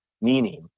meaning